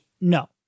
No